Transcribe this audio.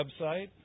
website